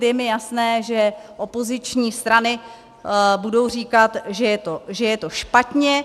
Je mi jasné, že opoziční strany budou říkat, že je to špatně.